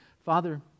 Father